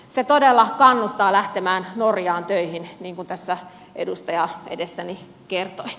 se todella kannustaa lähtemään norjaan töihin niin kuin tässä edustaja edessäni kertoi